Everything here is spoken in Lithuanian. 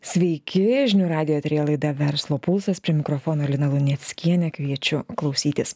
sveiki žinių radijo eteryje laida verslo pulsas prie mikrofono lina luneckienė kviečiu klausytis